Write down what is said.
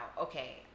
Okay